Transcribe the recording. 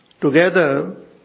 together